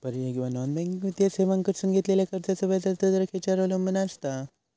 पर्यायी किंवा non banking वित्तीय सेवांकडसून घेतलेल्या कर्जाचो व्याजाचा दर खेच्यार अवलंबून आसता?